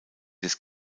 des